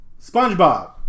SpongeBob